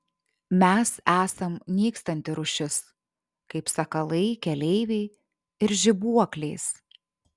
mes esam nykstanti rūšis kaip sakalai keleiviai ir žibuoklės